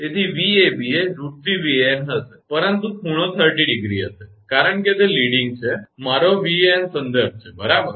તેથી 𝑉𝑎𝑏 એ √3𝑉𝑎𝑛 હશે પરંતુ ખૂણો 30° હશે કારણ કે તે leadingઆગળ છે જો મારો 𝑉𝑎𝑛 સંદર્ભ છે બરાબર